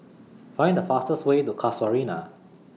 Find The fastest Way to Casuarina